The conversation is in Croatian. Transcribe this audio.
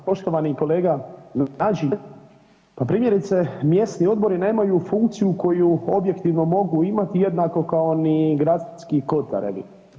Poštovani kolega Nađi, pa primjerice mjesni odbori nemaju funkciju koju objektivno mogu imati jednako kao ni gradski kotarevi.